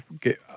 get